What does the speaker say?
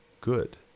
good